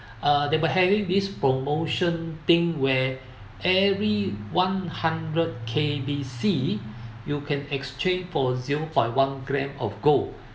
uh they were having this promotion thing where every one hundred K_B_C you can exchange for zero point one gram of gold